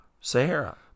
Sahara